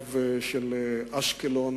הקו של אשקלון